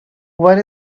were